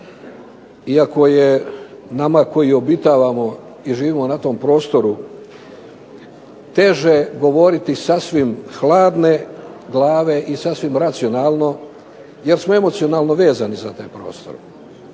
iako je nama koji obitavamo i živimo na tom prostoru teže govoriti sasvim hladne glave i sasvim racionalno jer smo emocionalno vezani za taj prostor.